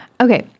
Okay